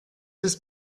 ist